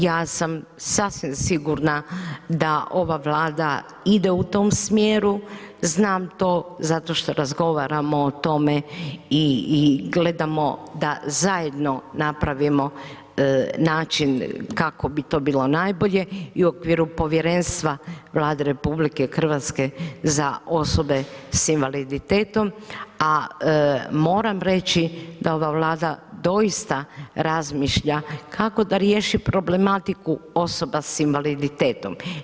Ja sam sasvim sigurna da ova Vlada ide u tom smjeru, znam to zato što razgovaramo o tome i gledamo da zajedno napravimo način kako bi to bilo najbolje i u okviru povjerenstva Vlade RH za osobe s invaliditetom, a moram reći da ova Vlada doista razmišlja kako da riješi problematiku osoba s invaliditetom.